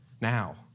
now